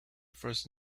first